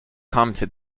commented